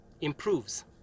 improves